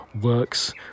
works